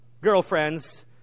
girlfriends